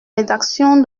rédaction